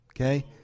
okay